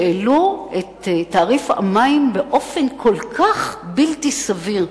שהעלו את תעריף המים באופן כל כך בלתי סביר,